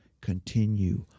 continue